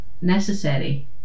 necessary